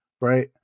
right